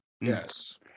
Yes